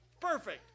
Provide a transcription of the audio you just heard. Perfect